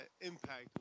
Impact